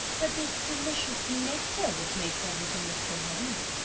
but this delicious nectar which makes everything look so heavenly.